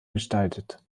gestaltet